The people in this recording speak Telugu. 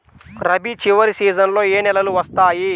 రబీ చివరి సీజన్లో ఏ నెలలు వస్తాయి?